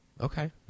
Okay